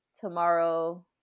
tomorrow